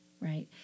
right